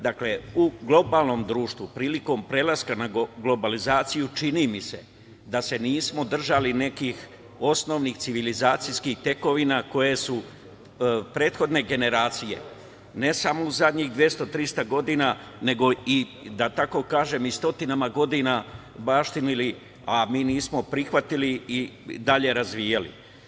Dakle, u globalnom društvu, prilikom prelaska na globalizaciju, čini mi se da se nismo držali nekih osnovnih civilizacijskih tekovina koje su prethodne generacije ne samo u zadnjih 200, 300 godina, nego i da tako kažem, i stotinama godina baštinili, a mi nismo prihvatili i dalje razvijali.